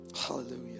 Hallelujah